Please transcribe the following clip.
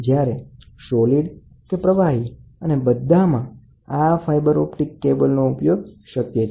જ્યારે સોલિડમાંથી પ્રવાહી બને છે ત્યારે બધામાં આ ફાઇબર ઓપ્ટિક કેબલનો ઉપયોગ કરી શકાય છે